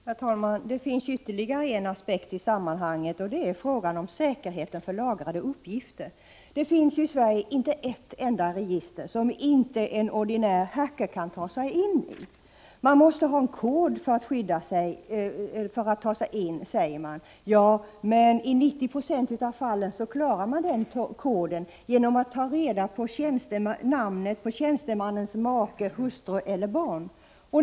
Herr talman! Det finns ytterligare en aspekt i sammanhanget, och det är frågan om säkerheten för lagrade uppgifter. Det finns ju i Sverige inte ett enda register som inte en ordinär s.k. hacker kan ta sig in i. Man måste ha en kod för att ta sig in i registren, sägs det. Ja, men i 90 9 av fallen löser man koden genom att ta reda på namnet på den ifrågavarande tjänstemannens make, hustru eller barn.